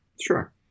Sure